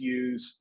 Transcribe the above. use